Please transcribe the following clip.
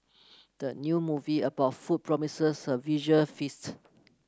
the new movie about food promises a visual feast